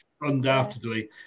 undoubtedly